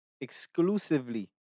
exclusively